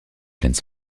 plaines